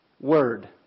word